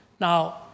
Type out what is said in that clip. Now